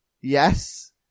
Yes